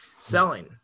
selling